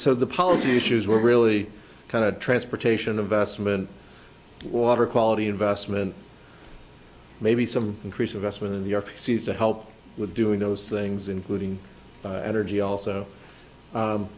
so the policy issues were really kind of transportation of vestment water quality investment maybe some increase investment in the seas to help with doing those things including energy also